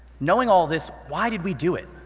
knowing all this, why did we do it?